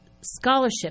scholarship